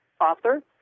author